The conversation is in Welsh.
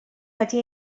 wedi